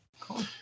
Cool